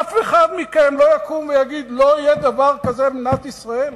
אף אחד מכם לא יקום ויגיד: לא יהיה דבר כזה במדינת ישראל?